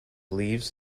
leaves